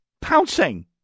Pouncing